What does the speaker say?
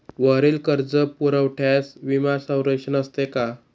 वरील कर्जपुरवठ्यास विमा संरक्षण असते का?